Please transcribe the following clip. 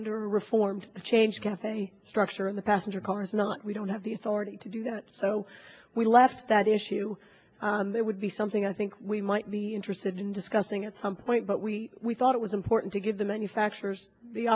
under reform the change cafe structure in the passenger car is not we don't have the authority to do that so we left that issue there would be something i think we might be interested in discussing at some point but we we thought it was important to give the manufacturers the